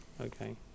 Okay